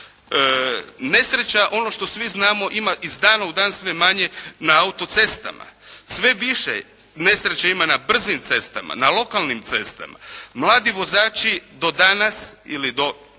Nesreća ono što svi znamo, ima iz dana u dan sve manje na autocestama. Sve više nesreća ima na brzim cestama, na lokalnim cestama. Mladi vozači do danas ili do